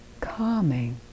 calming